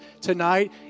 tonight